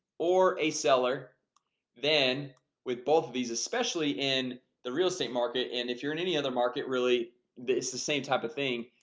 or a seller then with both of these especially in the real estate market and if you're in any other market, really it's the same type of thing.